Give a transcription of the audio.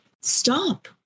Stop